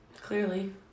clearly